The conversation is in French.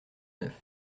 neuf